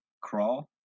Crawl